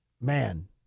man